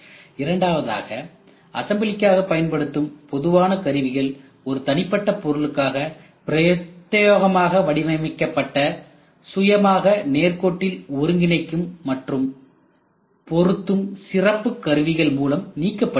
இரண்டாவதாக அசம்பிளிகாக பயன்படுத்தும் பொதுவான கருவிகள் ஒரு தனிப்பட்ட பொருளுக்காக பிரத்தியோகமாக வடிவமைக்கப்பட்ட சுயமாக நேர்கோட்டில் ஒருங்கிணைக்கும் மற்றும் பொருத்தும் சிறப்பு கருவிகள் மூலம் நீக்கப்படுகிறது